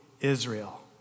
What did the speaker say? Israel